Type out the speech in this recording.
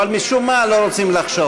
אבל משום מה לא רוצים לחשוב.